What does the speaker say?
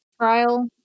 trial